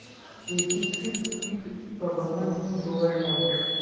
एकीकृत कीट प्रबंधन की होवय हैय?